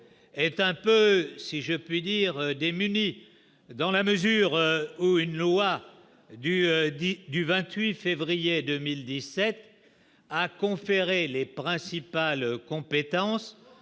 est un peu, si je puis dire, démunies dans la mesure où une loi du dit du 28 février 2017 a conféré les principales compétences